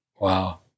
Wow